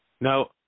Now